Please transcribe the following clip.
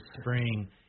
spring